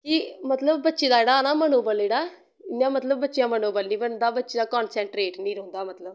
कि मतलव बच्चे दा जेह्ड़ा ना मनोबल जेह्ड़ा इ'यां मतलव बच्चे दा मनोबल निं बनदा बच्चे दा कंसन्ट्रेट निं रौंह्दा मतलव